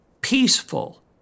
peaceful